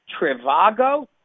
Trivago